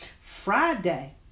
Friday